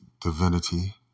divinity